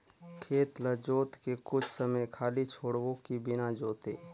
खेत ल जोत के कुछ समय खाली छोड़बो कि बिना जोते?